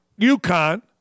UConn